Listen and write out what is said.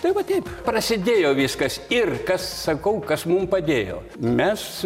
tai va taip prasidėjo viskas ir kas sakau kas mum padėjo mes